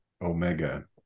Omega